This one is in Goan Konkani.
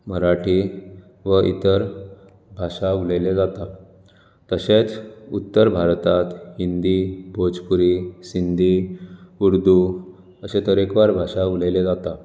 मराठी व इतर भाशा उलयल्यो जातात तशेंच उत्तर भारतांत हिंदी भोजपुरी सिंधी उर्दू अशे तरेकवार भाशा उलयल्यो जातात